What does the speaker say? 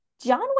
John